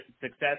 success